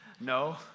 No